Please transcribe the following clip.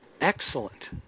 excellent